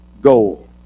goal